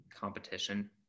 competition